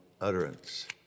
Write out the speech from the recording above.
utterance